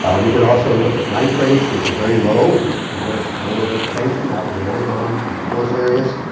we could also look at nitrates, which are very low, which suggest lower vegetation out in the amazon in the source areas.